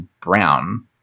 Brown